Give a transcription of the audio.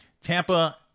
Tampa